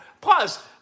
Plus